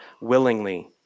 willingly